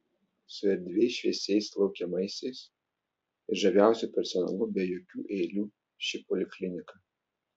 su erdviais šviesiais laukiamaisiais ir žaviausiu personalu be jokių eilių ši poliklinika